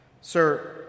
Sir